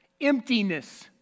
emptiness